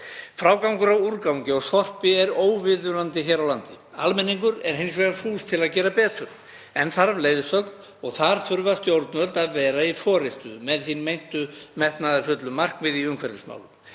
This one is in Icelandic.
Frágangur á úrgangi og sorpi er óviðunandi hér á landi. Almenningur er hins vegar fús til að gera betur en þarf leiðsögn. Þar þurfa stjórnvöld að vera í forystu með hin meintu metnaðarfullu markmið í umhverfismálum.